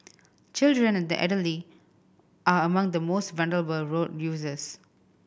children and the elderly are among the most vulnerable road users